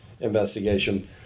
investigation